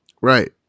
Right